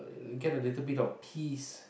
get a little bit of peace